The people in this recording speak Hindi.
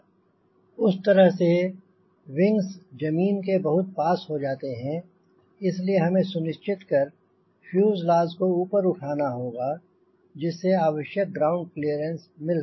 उस तरह विंग्स जमीन के बहुत पास हो जाते हैं इसलिए हमें सुनिश्चित कर फ्यूजलाज को ऊपर उठाना होगा जिससे आवश्यक ग्राउंड क्लीयरेंस मिल सके